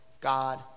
God